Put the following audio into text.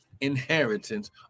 inheritance